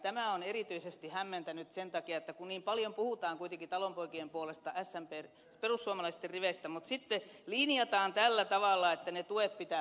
tämä on erityisesti hämmentänyt sen takia että kun niin paljon puhutaan kuitenkin talonpoikien puolesta perussuomalaisten riveistä niin sitten linjataan tällä tavalla että ne tuet pitää poistaa